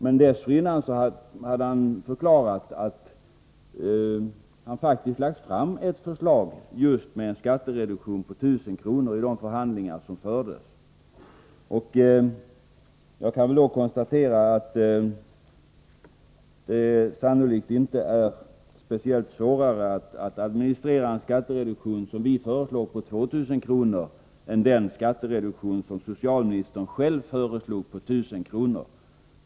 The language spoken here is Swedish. Men dessförinnan hade han förklarat att han i de förhandlingar som fördes faktiskt själv lagt fram ett förslag, innehållande en reduktion på 1 000 kronor. Jag kan då konstatera att det sannolikt inte är särskilt mycket svårare att administrera en skattereduktion som den vi föreslår på 2 000 kronor än den skattereduktion som socialministern själv föreslog på 1 000 kronor.